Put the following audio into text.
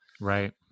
Right